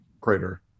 Crater